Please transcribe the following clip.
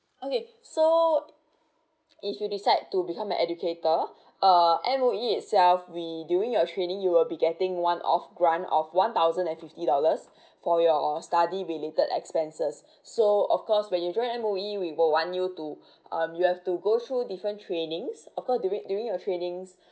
okay so if you decide to become an educator uh M_O_E itself we during your training you will be getting one of grant of one thousand and fifty dollars for your study related expenses so of course when you join M_O_E we will want you to um you have to go through different trainings of course during during your trainings